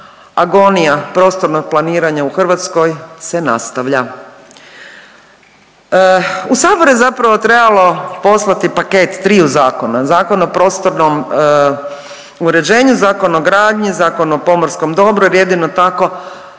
agonija prostornog planiranja u Hrvatskoj se nastavlja. U sabor je zapravo trebalo poslati paket triju zakona, Zakon o prostornom uređenju, Zakon o gradnji, Zakon o pomorskom dobru jer jedino tako